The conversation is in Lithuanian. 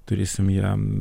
turėsime jam